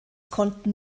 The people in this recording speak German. konnten